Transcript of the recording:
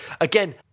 again